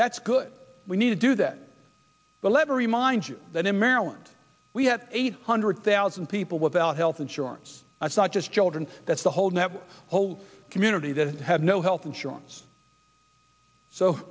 that's good we need to do that but let me remind you that in maryland we had eight hundred thousand people without health insurance such as children that's the whole network whole communities that have no health insurance so